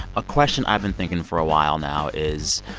a question i've been thinking for a while now is,